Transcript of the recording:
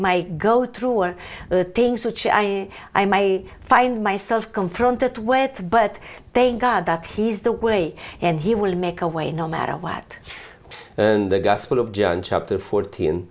might go through or the things which i i may find myself confront that with but thank god that he is the way and he will make a way no matter what the gospel of john chapter fourteen